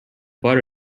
butter